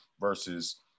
versus